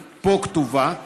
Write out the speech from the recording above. היא כתובה פה,